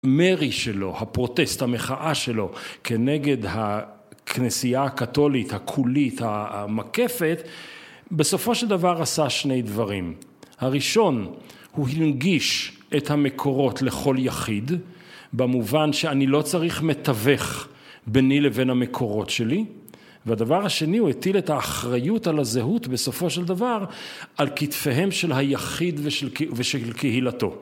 מרי שלו הפרוטסט המחאה שלו כנגד הכנסייה הקתולית הכולית המקפת בסופו של דבר עשה שני דברים הראשון הוא הנגיש את המקורות לכל יחיד במובן שאני לא צריך מתווך ביני לבין המקורות שלי והדבר השני הוא הטיל את האחריות על הזהות בסופו של דבר על כתפיהם של היחיד ושל ושל קהילתו